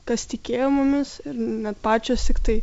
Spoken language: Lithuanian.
kas tikėjo mumis ir net pačios tiktai